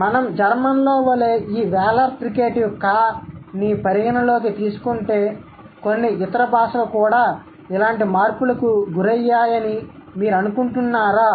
కాబట్టి మనం జర్మన్లో వలె ఈ వేలార్ ఫ్రికేటివ్ ఖాని పరిగణనలోకి తీసుకుంటే కొన్ని ఇతర భాషలు కూడా ఇలాంటి మార్పులకు గురయ్యాయని మీరు అనుకుంటున్నారా